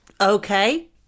Okay